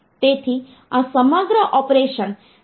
તેથી આ સમગ્ર ઓપરેશન ફેચ ઓપરેશન હોય છે